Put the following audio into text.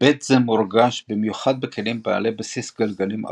היבט זה מורגש במיוחד בכלים בעלי בסיס גלגלים ארוך,